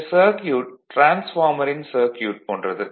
இந்த சர்க்யூட் டிரான்ஸ்பார்மரின் சர்க்யூட் போன்றது